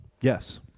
Yes